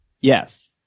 yes